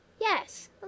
Yes